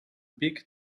big